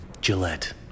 Gillette